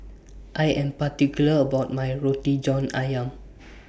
I Am particular about My Roti John Ayam